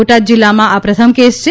બોટાદ જિલ્લામાં આ પ્રથમ કેસ છે